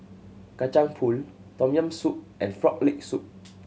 Kacang Pool Tom Yam Soup and Frog Leg Soup